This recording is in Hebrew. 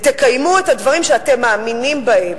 ותקיימו את הדברים שאתם מאמינים בהם.